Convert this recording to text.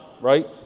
right